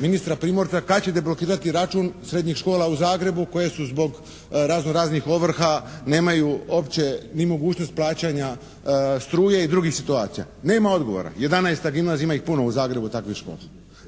ministra Primorca kad ćete blokirati račun srednjih škola u Zagrebu koje su zbog razno raznih ovrha nemaju opće ni mogućnost plaćanja struje i drugih situacija? Nema odgovora. 11. gimnazija, ima ih puno u Zagrebu takvih škola.